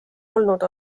olnud